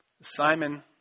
Simon